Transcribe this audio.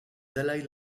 dalaï